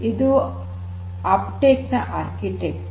ಇದು ಅಪ್ಟೇಕ್ ನ ವಾಸ್ತುಶಿಲ್ಪ